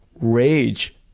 rage